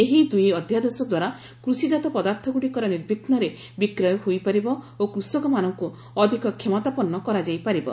ଏହି ଦୁଇ ଅଧ୍ୟାଦେଶ ଦ୍ୱାରା କୃଷିଜାତ ପଦାର୍ଥଗୁଡ଼ିକର ନିର୍ବିଘ୍ୱରେ ବିକ୍ରୟ ହୋଇପାରିବ ଓ କୃଷକମାନଙ୍କୁ ଅଧିକ କ୍ଷମତାପନ୍ନ କରାଯାଇପାରିବ